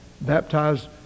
Baptized